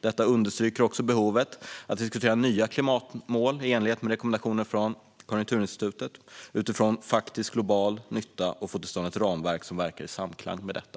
Detta understryker behovet av att diskutera nya klimatmål utifrån faktisk global nytta, i enlighet med rekommendationer från Konjunkturinstitutet, och få till stånd ett ramverk som verkar i samklang med detta.